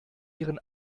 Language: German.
ihren